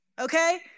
okay